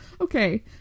Okay